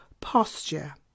posture